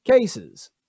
cases